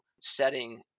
setting